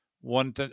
one